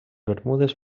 bermudes